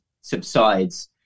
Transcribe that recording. subsides